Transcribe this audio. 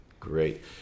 Great